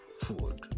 food